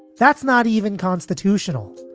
that's not even constitutional.